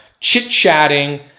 chit-chatting